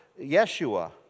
Yeshua